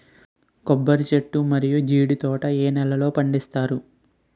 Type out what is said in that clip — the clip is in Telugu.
కొబ్బరి చెట్లు మరియు జీడీ తోట ఏ నేలల్లో పండిస్తారు?